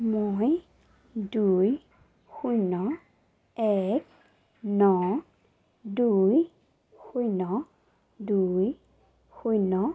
মই দুই শূন্য এক ন দুই শূন্য দুই শূন্য